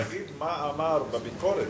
תגיד מה אמר בביקורת,